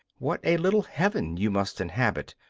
what a little heaven you must inhabit,